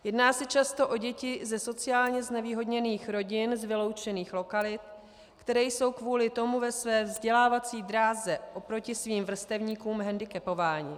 Jedná se často o děti ze sociálně znevýhodněných rodin z vyloučených lokalit, které jsou kvůli tomu ve své vzdělávací dráze oproti svým vrstevníkům hendikepovány.